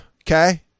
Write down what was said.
Okay